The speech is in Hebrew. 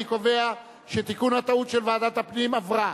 אני קובע שתיקון הטעות של ועדת הפנים עבר.